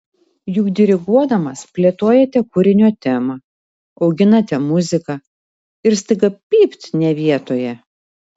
juk diriguodamas plėtojate kūrinio temą auginate muziką ir staiga pypt ne vietoje